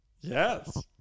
Yes